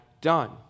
done